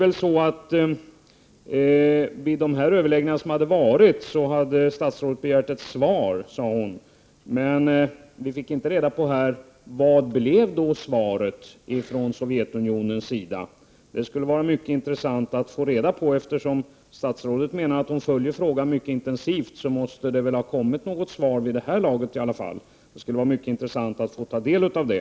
Vid de tidigare överläggningarna hade statsrådet begärt ett svar, sade hon. Vi fick emellertid inte reda på vad det blev för svar från Sovjetunionen. Eftersom statsrådet menar att hon följer frågan mycket intensivt så måste det väl ha kommit något svar vid det här laget i alla fall. Det skulle vara mycket intressant att få ta del av det.